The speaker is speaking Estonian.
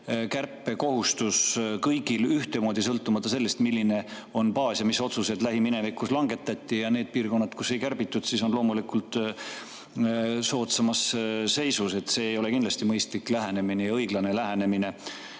kärpekohustus kõigile ühtemoodi, sõltumata sellest, milline on baas ja mis otsused on lähiminevikus langetatud. Need piirkonnad, kus ei ole kärbitud, on loomulikult soodsamas seisus. See ei ole kindlasti mõistlik ega õiglane lähenemine.